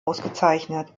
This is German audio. ausgezeichnet